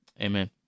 Amen